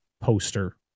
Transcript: poster